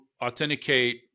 authenticate